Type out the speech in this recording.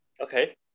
Okay